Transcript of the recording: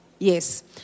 Yes